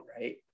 right